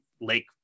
Lake